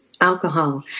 alcohol